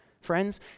friends